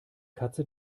katze